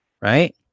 right